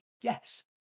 Yes